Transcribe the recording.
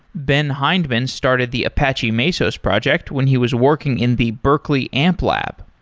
ben hindman started the apache mesos project when he was working in the berkeley amplab.